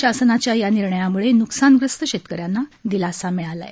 शासनाच्या या निर्णयामूळे न्कसानग्रस्त शेतकऱ्यांना दिलासा मिळाला आहे